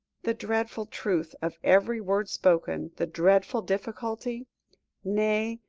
the dreadful truth of every word spoken, the dreadful difficulty nay,